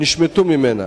נשמטו ממנה.